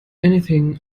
anything